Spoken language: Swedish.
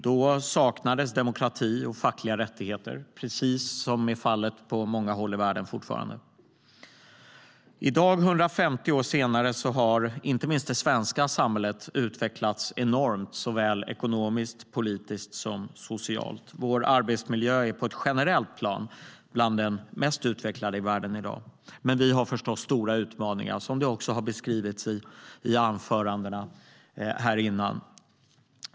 Då saknades demokrati och fackliga rättigheter, vilket är fallet på många håll i världen fortfarande. I dag, 150 år senare, har inte minst det svenska samhället utvecklats enormt, såväl ekonomiskt, politiskt som socialt. Vår arbetsmiljö är på ett generellt plan bland den mest utvecklade i världen i dag. Men vi har förstås stora utmaningar, vilket också har beskrivits i tidigare anföranden.